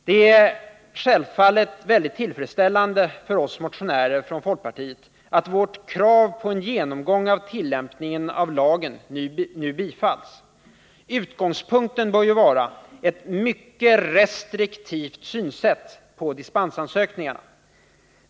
Det är självfallet väldigt tillfredsställande för oss motionärer från folkpartiet att vårt krav på en genomgång av tillämpningen av lagen nu bifalls. Utgångspunkten bör ju vara ett mycket restriktivt synsätt på dispensansökningarna.